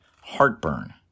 heartburn